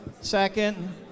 second